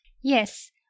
Yes